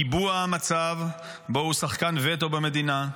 קיבוע המצב שבו הוא שחקן וטו במדינה.